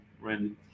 Randy